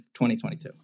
2022